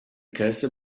cursor